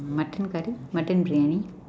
mutton curry mutton briyani